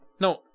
No